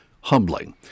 humbling